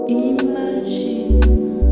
imagine